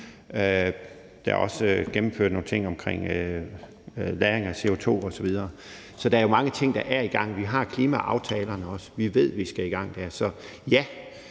Der er også gennemført nogle ting omkring lagring af CO2 osv. Så der er jo mange ting, der er i gang. Vi har også klimaaftalerne. Vi ved, at vi skal i gang der. Så ja.